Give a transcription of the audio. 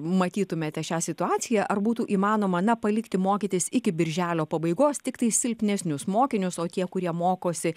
matytumėte šią situaciją ar būtų įmanoma na palikti mokytis iki birželio pabaigos tiktai silpnesnius mokinius o tie kurie mokosi